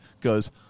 goes